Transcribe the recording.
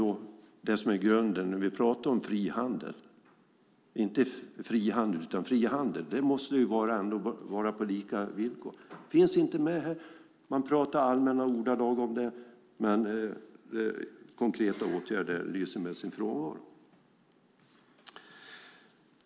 Vad är grunden när vi pratar om frihandel? Det måste ändå vara på lika villkor. Det finns inte med här. Man pratar i allmänna ordalag, men konkreta åtgärder lyser med sin frånvaro.